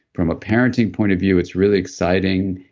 from a parenting point of view it's really exciting,